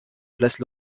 place